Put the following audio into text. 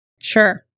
Sure